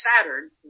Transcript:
Saturn